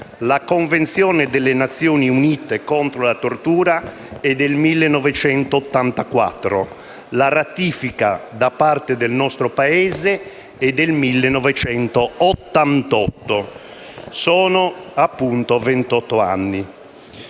La Convenzione delle Nazioni Unite contro la tortura è del 1984. La ratifica da parte del nostro Paese è del 1988. Sono appunto